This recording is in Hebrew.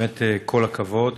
באמת כל הכבוד.